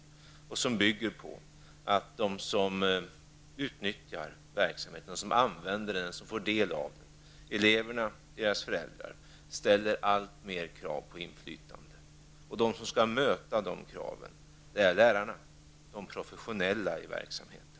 Detta arbete bygger på att de som utnyttjar verksamheten, som får del av den -- eleverna och deras föräldrar -- ställer allt större krav på inflytande. De som skall möta dessa krav är lärarna, de professionella i verksamheten.